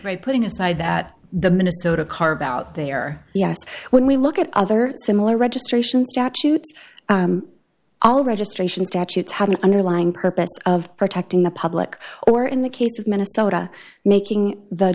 right putting aside that the minnesota carve out there yet when we look at other similar registration statutes all registration statutes have an underlying purpose of protecting the public or in the case of minnesota making the